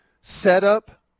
Setup